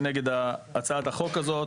כנגד הצעת החוק הזאת.